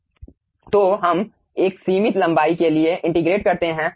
तो हम एक सीमित लंबाई के लिए इंटिग्रेटे करते हैं